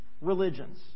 religions